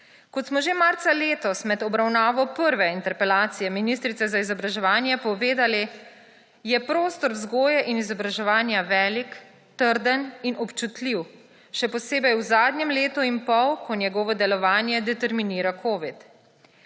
Kot smo že marca letos med obravnavo prve interpelacije ministrice za izobraževanje povedali, je prostor vzgoje in izobraževanja velik, trden in občutljiv, še posebej v zadnjem letu in pol, ko njegovo delovanje determinira covid.